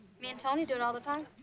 me and toni do it all the time.